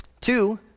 Two